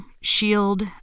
shield